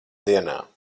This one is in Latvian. dienā